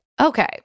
Okay